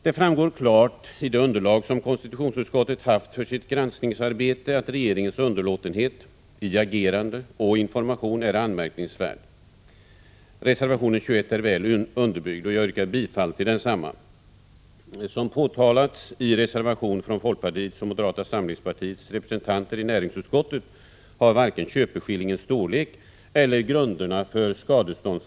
Det framgår klart i det underlag som konstitutionsutskottet haft för sitt granskningsarbete, att regeringens underlåtenhet i fråga om agerande och information är anmärkningsvärd. Reservationen 21 är väl underbyggd, och jag yrkar bifall till densamma. Som påtalats i reservation från folkpartiets och moderata samlingspartiets representanter i näringsutskottet, har varken köpeskillingens storlek eller grunderna för skadeståndsansvaret tillräckligt förklarats i regeringens förslag till riksdagen. I riksdagsdebatten den 16 december 1986 redovisades folkpartiets syn på — Prot.